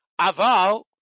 Aval